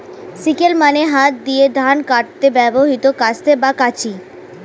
sickle মানে হাত দিয়ে ধান কাটতে ব্যবহৃত কাস্তে বা কাঁচি